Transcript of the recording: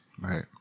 right